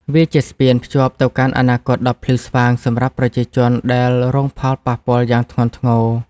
វាជាស្ពានភ្ជាប់ទៅកាន់អនាគតដ៏ភ្លឺស្វាងសម្រាប់ប្រជាជនដែលរងផលប៉ះពាល់យ៉ាងធ្ងន់ធ្ងរ។